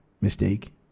mistake